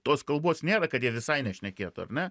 tos kalbos nėra kad jie visai nešnekėtų ar ne